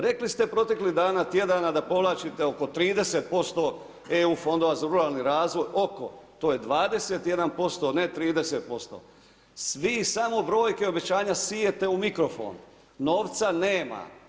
Rekli ste proteklih dana, tjedana, da povlačite oko 30% EU fondova za ruralni razvoj, oko to je 21% a ne 30% svi samo brojke obečanje sijete u mikrofon, novca nema.